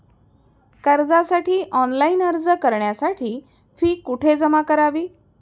कर्जासाठी ऑनलाइन अर्ज करण्यासाठी फी कुठे जमा करावी?